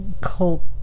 cult